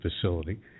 facility